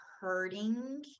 hurting